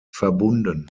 verbunden